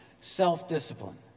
self-discipline